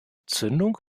zündung